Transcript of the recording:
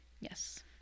Yes